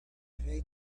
hate